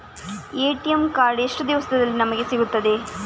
ATM card ಎಷ್ಟು ದಿವಸದಲ್ಲಿ ನಮಗೆ ಸಿಗುತ್ತದೆ?